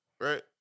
right